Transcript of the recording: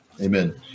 Amen